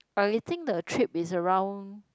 I think the trip is around